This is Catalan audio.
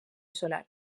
solar